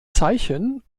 zeichen